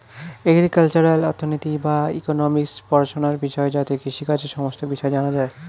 agricultural অর্থনীতি বা economics পড়াশোনার বিষয় যাতে কৃষিকাজের সমস্ত বিষয় জানা যায়